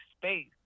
space